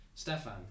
Stefan